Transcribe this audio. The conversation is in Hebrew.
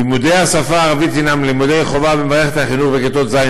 לימודי השפה הערבית הם לימודי חובה במערכת החינוך בכיתות ז'